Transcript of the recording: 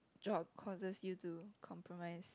job causes you to compromise